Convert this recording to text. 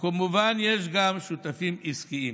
וכמובן יש גם שותפים עסקיים.